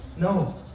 No